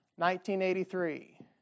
1983